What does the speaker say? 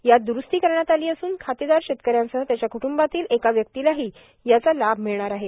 यात दुरूस्ती करण्यात आली असुन खातेदार शेतकऱ्यांसह त्यांच्या कृटंबातील एका व्यक्तीलाही याचा लाभ मिळणार आहे